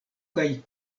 kaj